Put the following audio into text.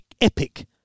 epic